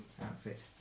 outfit